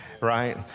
right